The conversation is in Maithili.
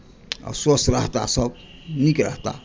आ स्वस्थ रहता सभ नीक रहता